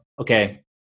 okay